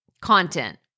Content